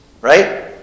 right